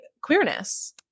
queerness